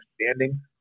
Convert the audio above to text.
understanding